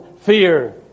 fear